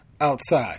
outside